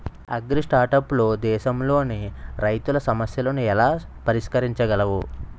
అగ్రిస్టార్టప్లు దేశంలోని రైతుల సమస్యలను ఎలా పరిష్కరించగలవు?